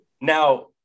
now